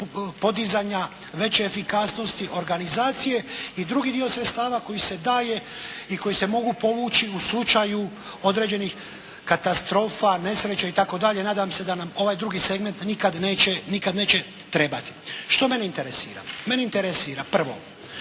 podizanja veće efikasnosti organizacije i drugi dio sredstava koji se daje i koji se mogu povući u slučaju određenih katastrofa, nesreća itd. Nadam se da nam ovaj drugi segment nikad neće trebati. Što mene interesira? Mene interesira prvo